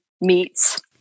meats